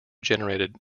generated